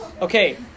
Okay